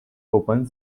open